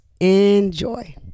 enjoy